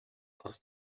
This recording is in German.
aus